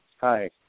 Hi